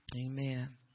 Amen